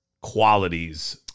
qualities